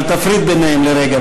אבל תפריד ביניהם לרגע,